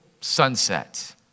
sunset